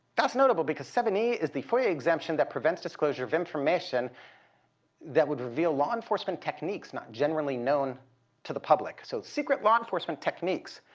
that's notable because seven e is the foia exemption that prevents disclosure of information that would reveal law enforcement techniques not generally known to the public. so secret law enforcement techniques.